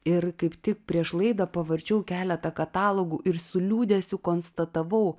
ir kaip tik prieš laidą pavarčiau keletą katalogų ir su liūdesiu konstatavau